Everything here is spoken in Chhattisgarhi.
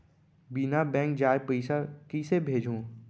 बिना बैंक जाए पइसा कइसे भेजहूँ?